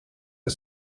the